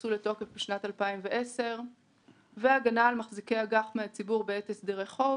נכנסו לתוקף בשנת 2010. הגנה על מחזיקי אג"ח מהציבור בעת הסדרי חוב